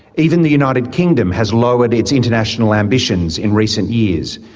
even the united kingdom has lowered its international ambitions in recent years,